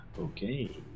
okay